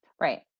right